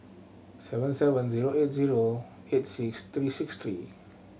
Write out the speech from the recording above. seven seven zero eight zero eight six thirty six three